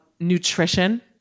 nutrition